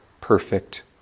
perfect